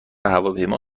هواپیما